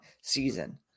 season